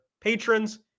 patrons